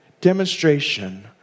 demonstration